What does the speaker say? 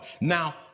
Now